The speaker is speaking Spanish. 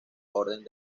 orden